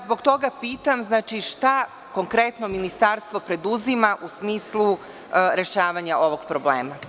Zbog toga ga pitam – šta konkretno ministarstvo preduzima u smislu rešavanja ovog problema?